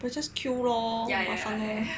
but just queue lor